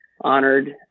honored